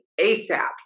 ASAP